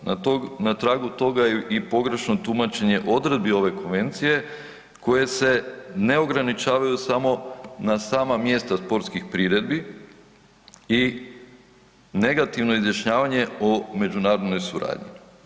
Na tragu toga je i pogrešno tumačenje odredbi ove konvencije koje se ne ograničavaju samo na sama mjesta sportskih priredbi i negativno izjašnjavanje o međunarodnoj suradnji.